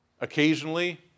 occasionally